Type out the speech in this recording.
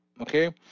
Okay